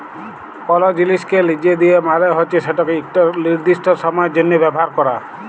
call জিলিসকে লিজে দিয়া মালে হছে সেটকে ইকট লিরদিস্ট সময়ের জ্যনহে ব্যাভার ক্যরা